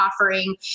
offering